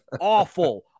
awful